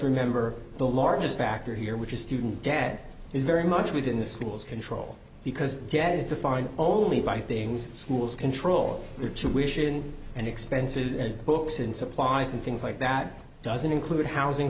remember the largest factor here which is student debt is very much within the school's control because jazz defined only by things schools control their tuition and expenses and books and supplies and things like that doesn't include housing